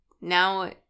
Now